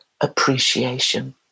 appreciation